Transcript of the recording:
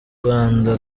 rwanda